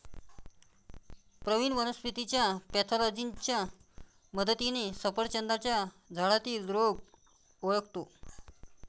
प्रवीण वनस्पतीच्या पॅथॉलॉजीच्या मदतीने सफरचंदाच्या झाडातील रोग ओळखतो